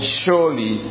surely